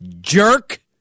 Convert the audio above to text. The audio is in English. Jerk